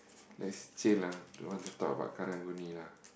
let's change lah don't want to talk about Karang-Guni lah